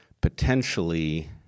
potentially